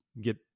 get